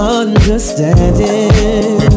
understanding